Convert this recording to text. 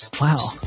Wow